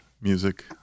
music